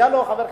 חבר הכנסת,